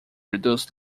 reduce